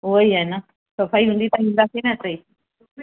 उहो ई आहे न सफ़ाई हूंदी त ईंदासीं न हिते ई